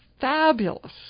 fabulous